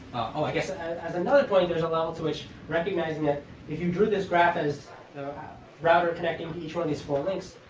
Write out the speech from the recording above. oh i guess as another point, there's a level to which recognizing that if you drew this graph as a router connecting each one of these four links,